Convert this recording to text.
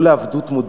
לא לעבדות מודרנית.